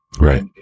Right